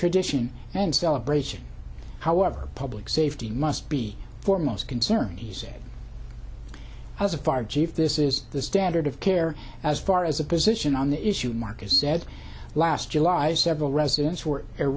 tradition and celebration however public safety must be foremost concerned he said as a fire chief this is the standard of care as far as a position on the issue market said last july's several residents